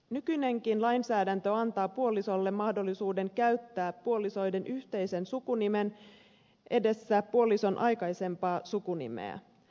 nykyinenkin lainsäädäntö antaa puolisolle mahdollisuuden käyttää puolisoiden yhteisen sukunimen edessä puolison aikaisempaa sukunimeä